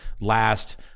last